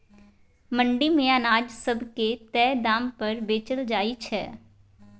मंडी मे अनाज सब के तय दाम पर बेचल जाइ छै